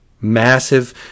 massive